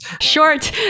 Short